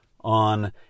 on